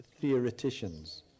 theoreticians